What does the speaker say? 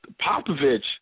Popovich